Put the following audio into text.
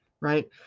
right